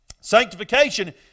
Sanctification